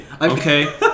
Okay